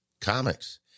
Comics